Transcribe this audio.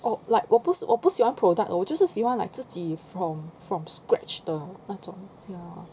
oh like 我不是我不喜欢 product lor 就是喜欢 like 自己 from from scratch 的那种 ya